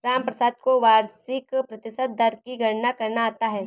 रामप्रसाद को वार्षिक प्रतिशत दर की गणना करना आता है